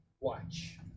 Watch